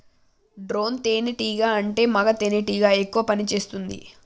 drone తేనే టీగా అంటే మగ తెనెటీగ ఎక్కువ పని చేస్తుంది